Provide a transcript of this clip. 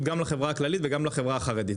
גם לחברה הכללית וגם לחברה החרדית,